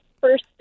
first